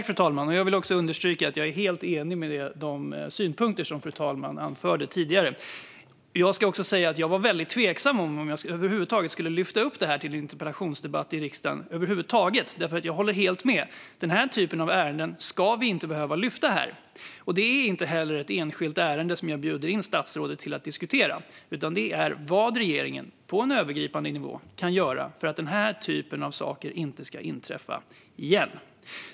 Fru talman! Jag vill också understryka att jag är helt enig med de synpunkter som fru talmannen anförde tidigare. Jag ska också säga att jag var väldigt tveksam om jag över huvud taget skulle lyfta upp detta till en interpellationsdebatt i riksdagen. För jag håller helt med om att vi inte ska behöva lyfta den här typen av ärenden här. Det är inte heller ett enskilt ärende som jag bjuder in statsrådet att diskutera, utan det är vad regeringen på en övergripande nivå kan göra för att den här typen av saker inte ska inträffa igen.